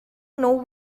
know